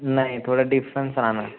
नाही थोडा डिफरन्स राहणार